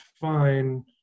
fine